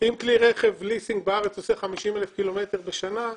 אם כלי רכב ליסינג בארץ עושה 50,000 קילומטרים בשנה,